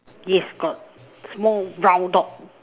yes got small round dog